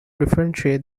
differentiate